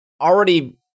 already